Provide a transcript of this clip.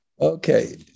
Okay